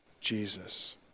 Jesus